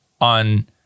on